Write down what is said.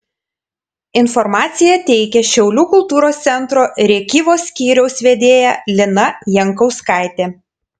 informaciją teikia šiaulių kultūros centro rėkyvos skyriaus vedėja lina jankauskaitė